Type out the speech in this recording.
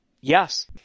Yes